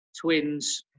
twins